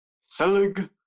Selig